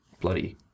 Bloody